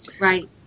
Right